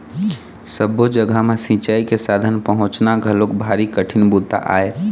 सब्बो जघा म सिंचई के साधन पहुंचाना घलोक भारी कठिन बूता आय